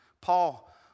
Paul